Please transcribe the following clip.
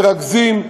מרכזים,